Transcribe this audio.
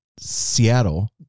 Seattle